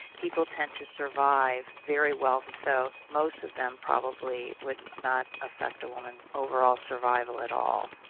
people tend to survive very well, so most of them probably would not affect a woman's overall survival at all.